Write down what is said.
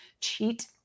cheat